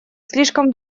слишком